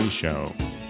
Show